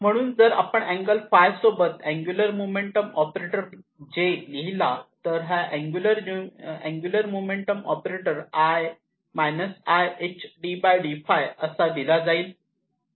म्हणून जर आपण अँगल ɸ सोबत अँगुलर मोमेंटम ऑपरेटर J लिहिला तर हा अँगुलर मोमेंटम ऑपरेटर असा दिला जाईल